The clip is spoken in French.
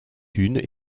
dunes